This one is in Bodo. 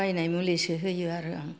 बायनाय मुलिसो होयो आरो आं